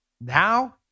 Now